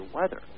weather